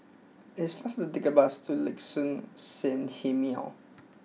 it is faster to take the bus to Liuxun Sanhemiao